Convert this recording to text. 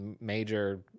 Major